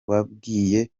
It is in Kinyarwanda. wabwiye